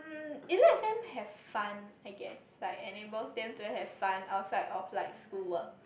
it lets them have fun I guess like enables them to have fun outside of like school work